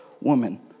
woman